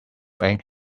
ink